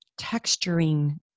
texturing